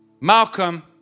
Malcolm